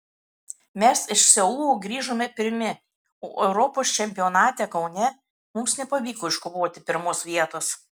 mes iš seulo grįžome pirmi o europos čempionate kaune mums nepavyko iškovoti pirmos vietos